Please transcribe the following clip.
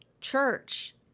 church